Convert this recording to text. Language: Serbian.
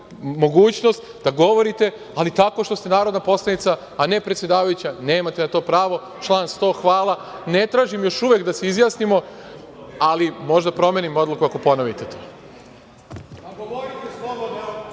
mogućnost da govorite, ali tako što ste narodna poslanica, a ne predsedavajuća. Nemate na to pravo, član 100. Hvala. Ne tražim još uvek da se izjasnimo, ali možda promenim odluku ako ponovite